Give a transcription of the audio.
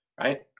right